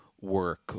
work